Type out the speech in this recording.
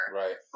right